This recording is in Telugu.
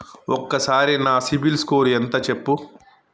ఒక్కసారి నా సిబిల్ స్కోర్ ఎంత చెప్పు?